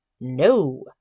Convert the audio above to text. no